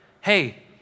Hey